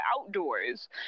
outdoors